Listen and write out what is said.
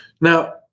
Now